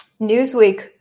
Newsweek